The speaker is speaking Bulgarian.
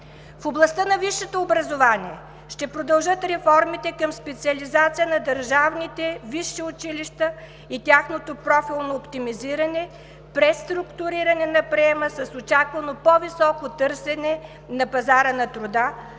В областта на висшето образование ще продължат реформите към специализация на държавните висши училища и тяхното профилно оптимизиране, преструктуриране на приема с очаквано по-високо търсене на пазара на труда,